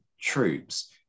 troops